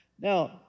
Now